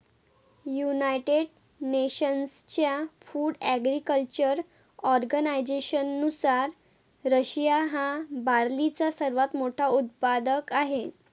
United नेशन्सच्या food agriculture ऑर्गनायझेशननुसार, Russia हा बार्लीचा सर्वात मोठा उत्पादक आहे